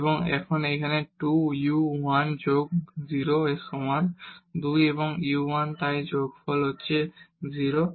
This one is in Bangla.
এবং এখন এখানে 2 u 1 যোগ 0 এর সমান 2 এবং u 1 তাই যোগফল 0